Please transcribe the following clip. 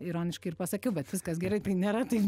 ironiškai ir pasakiau bet viskas gerai tai nėra taip